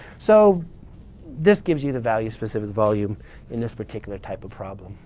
so this gives you the value specific volume in this particular type of problem.